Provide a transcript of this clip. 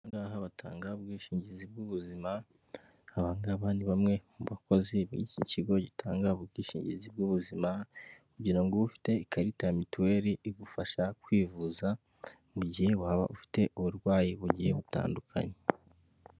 Aha ngaha batanga ubwishingizi bw'ubuzima, aba ngaba ni bamwe mu bakozi b'iki kigo gitanga ubwishingizi bw'ubuzima kugira ngo ube ufite ikarita ya mituweri igufasha kwivuza mu gihe waba ufite uburwayi bugiye butandukanye.